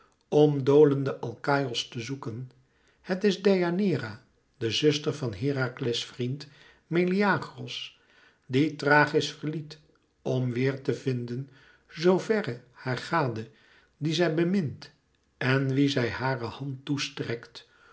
om doolenden alkaïos te zoeken het is deianeira de zuster van herakles vriend meleagros die thrachis verliet om weêr te vinden zoo verre haar gade dien zij bemint en wien zij hare hand toe